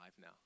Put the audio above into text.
now